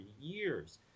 years